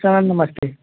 sir नसमते